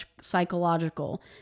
psychological